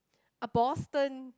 a Boston